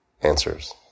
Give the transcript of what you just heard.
answers